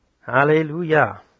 Hallelujah